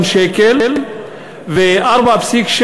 אני צריכה לתקן את ההצבעה שלי,